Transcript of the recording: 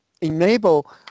enable